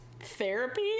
therapy